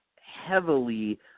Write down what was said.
heavily